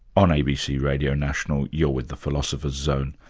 on abc radio national, you're with the philosopher's zone,